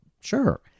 sure